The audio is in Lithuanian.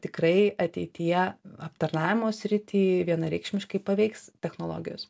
tikrai ateityje aptarnavimo sritį vienareikšmiškai paveiks technologijos